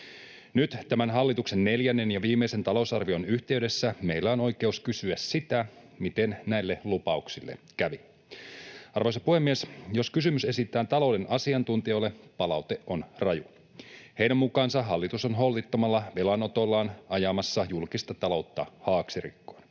Nyt tämän hallituksen neljännen ja viimeisen talousarvion yhteydessä meillä on oikeus kysyä, miten näille lupauksille kävi. Arvoisa puhemies! Jos kysymys esitetään talouden asiantuntijoille, palaute on rajua. Heidän mukaansa hallitus on holtittomalla velanotollaan ajamassa julkista taloutta haaksirikkoon,